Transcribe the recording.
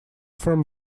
from